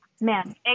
man